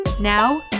Now